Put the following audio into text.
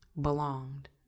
belonged